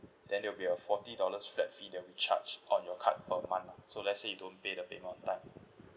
then it'll be a forty dollars flat fee that'll be charged on your card per month lah so let's say you don't pay the payment on time